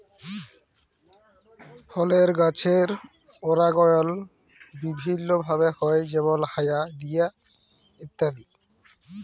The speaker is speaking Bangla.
ফলের গাছের পরাগায়ল বিভিল্য ভাবে হ্যয় যেমল হায়া দিয়ে ইত্যাদি